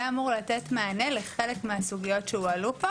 זה אמור לתת מענה לחלק מהסוגיות שהועלו פה